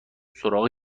سراغ